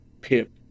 Pip